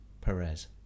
Perez